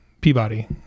Peabody